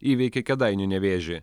įveikė kėdainių nevėžį